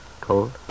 Cold